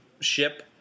ship